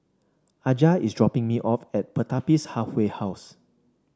Aja is dropping me off at Pertapis Halfway House